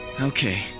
Okay